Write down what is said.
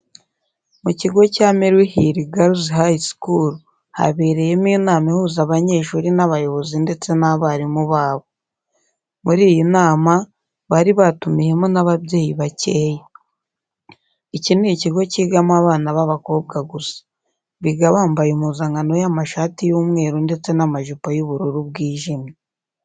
Mu kigo cya Maryhill Girls High School habereye inama ihuza abanyeshuri n'abayobozi ndetse n'abarimu babo. Muri iyi nama bari batumiyemo n'ababyeyi bakeya. Iki ni ikigo cyigamo abana b'abakobwa gusa. Biga bambaye impuzankano y'amashati y'umweru ndetse n'amajipo y'ubururu bwijimye.